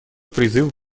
призыв